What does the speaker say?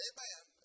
Amen